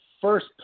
first